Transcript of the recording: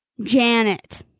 Janet